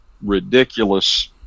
ridiculous